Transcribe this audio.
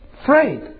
Afraid